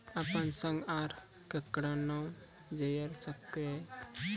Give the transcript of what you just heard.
अपन संग आर ककरो नाम जोयर सकैत छी?